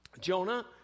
Jonah